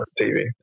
TV